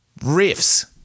riffs